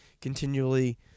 continually